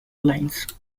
lines